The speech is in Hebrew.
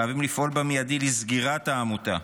חייבים לפעול מייד לסגירת העמותה.